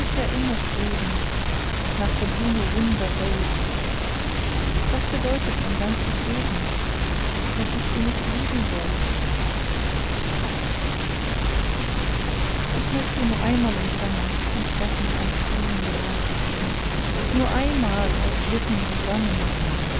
immer streben nach der blume wunderhold was bedeutet mein ganzes leben wenn ich sie nicht lieben sollt ich möcht sie nur einmal umfangen und pressen ans glühende herz nur einmal auf lippen und wangen